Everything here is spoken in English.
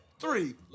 Three